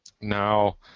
Now